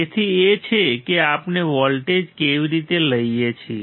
તે એ છે કે આપણે વોલ્ટેજ કેવી રીતે લઈએ છીએ